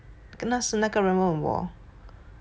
那是那个人问我